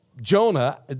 Jonah